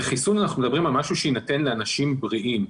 בחיסון אנחנו מדברים על משהו שיינתן לאנשים בריאים.